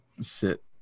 sit